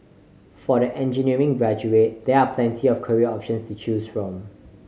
for the engineering graduate there are plenty of career options to choose from